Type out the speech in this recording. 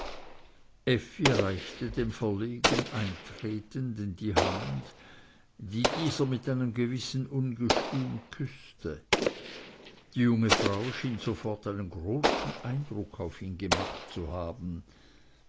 effi reichte dem verlegen eintretenden die hand die dieser mit einem gewissen ungestüm küßte die junge frau schien sofort einen großen eindruck auf ihn gemacht zu haben